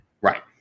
Right